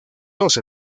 dos